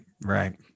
right